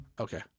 Okay